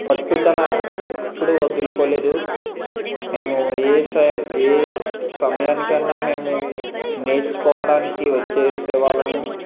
పట్టుదల ఎప్పుడూ వదులుకోలేదు మేము ఏ సమ్ ఏ సమయానికన్నా మేము నేర్చుకోవడానికి వచ్చేసే వాళ్ళము